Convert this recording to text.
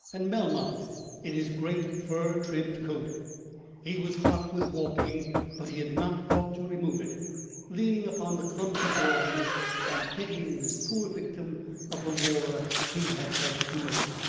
and melmount in his great fur-trimmed coat he was hot with walking but he had not thought to remove it leaning upon the clumsy groins and pitying this poor victim of the war he had helped to make.